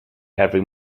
every